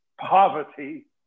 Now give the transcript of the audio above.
poverty